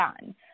done